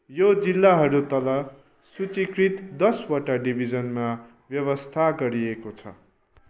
यी जिल्लाहरू तल सूचीकृत दसवटा डिभिजनमा व्यवस्था गरिएको छ